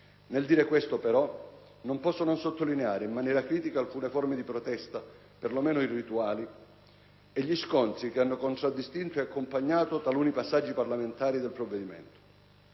Nel dire questo, però, non posso non sottolineare in maniera critica alcune forme di protesta, perlomeno "irrituali", e gli scontri che hanno contraddistinto e accompagnato taluni passaggi parlamentari di questo provvedimento.